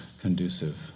conducive